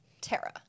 Tara